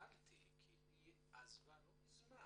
שאלתי כי היא עזבה את המשרד לא מזמן.